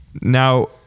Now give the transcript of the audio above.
Now